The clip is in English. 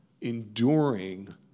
enduring